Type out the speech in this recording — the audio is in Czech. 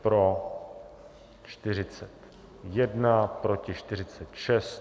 Pro 41, proti 46.